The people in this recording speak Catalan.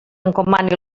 encomani